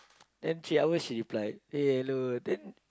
then three hours she replied eh hello then